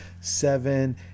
seven